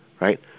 right